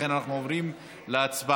לכן אנחנו עוברים להצבעה.